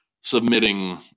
submitting